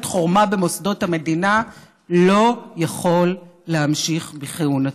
חורמה במוסדות המדינה לא יכול להמשיך בכהונתו.